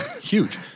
huge